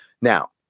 Now